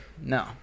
No